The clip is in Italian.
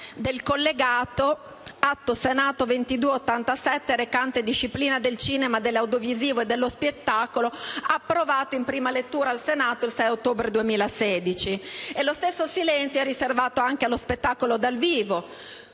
del collegato Atto Senato 2287 recante «Disciplina del cinema, dell'audiovisivo e dello spettacolo», approvato in prima lettura al Senato il 6 ottobre 2016. Lo stesso silenzio è riservato allo spettacolo dal vivo;